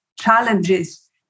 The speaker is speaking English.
challenges